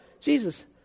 Jesus